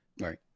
right